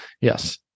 yes